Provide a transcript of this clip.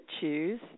choose